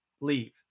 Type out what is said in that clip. leave